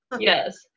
Yes